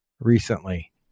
Recently